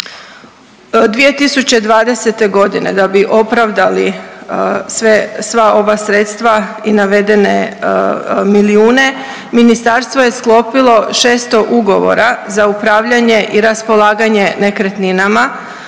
2020.g. da bi opravdali sve, sva ova sredstva i navedene milijune ministarstvo je sklopilo 600 ugovora za upravljanje i raspolaganje nekretninama